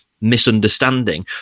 misunderstanding